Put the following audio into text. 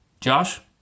Josh